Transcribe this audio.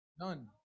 None